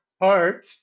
heart